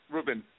Ruben